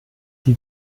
die